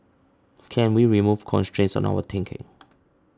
can we remove constraints on our thinking